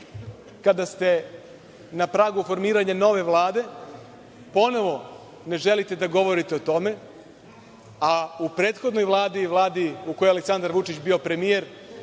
kada ste na pragu formiranja nove Vlade, ponovo ne želite da govorite o tome, a u prethodnoj Vladi, u Vladi u kojoj je Aleksandar Vučić bio premijer,